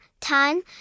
time